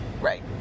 Right